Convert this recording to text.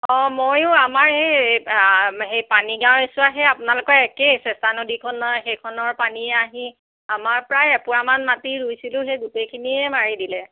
অঁ ময়ো আমাৰ এই পানী গাঁৱৰ এইচোৱা সেই আপোনালোকৰ একেই চেঁচা নদী খনৰ সেইখনৰ পানীয়ে আহি আমাৰ প্ৰায় এপুৰা মান মাটি ৰুইছিলোঁ সেই গোটেইখিনিয়ে মাৰি দিলে